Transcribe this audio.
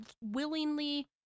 willingly